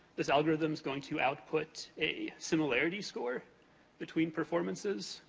this algorithm's going to output a similarity score between performances.